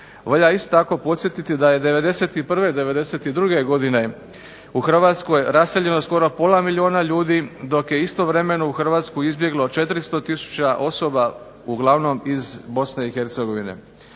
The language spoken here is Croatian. Valja isto tako podsjetiti da je '91., '92. godine u Hrvatskoj raseljeno skoro pola milijuna ljudi, dok je istovremeno u Hrvatsku izbjeglo 400 tisuća osoba, uglavnom iz Bosne i Hercegovine.